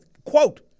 Quote